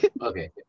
Okay